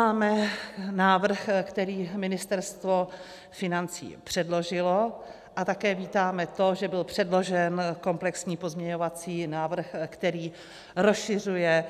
Proto vítáme návrh, který Ministerstvo financí předložilo, a také vítáme to, že byl předložen komplexní pozměňovací návrh, který rozšiřuje